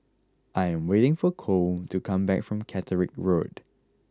I am waiting for Kole to come back from Caterick Road